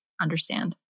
understand